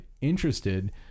interested